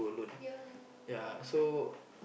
ya